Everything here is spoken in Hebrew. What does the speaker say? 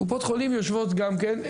קופות חולים יושבות גם כן,